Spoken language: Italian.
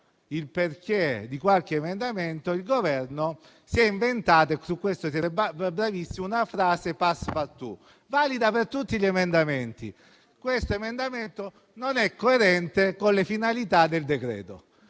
rispetto a qualche emendamento, il Governo si è inventato - in questo siete bravissimi - una frase *passepartout*, valida per tutti gli emendamenti: "questo emendamento non è coerente con le finalità del decreto".